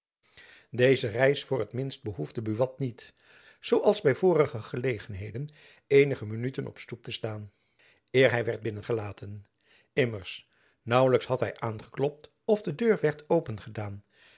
deze reis voor t minst behoefde buat niet zoo als by vorige gelegenheden eenige minuten op stoep te staan eer hy werd binnen gelaten immers naauwlijks had hy aangeklopt of de deur werd